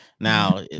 now